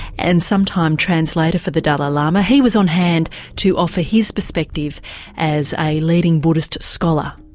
and sometime translator for the dalai lama. he was on hand to offer his perspective as a leading buddhist scholar.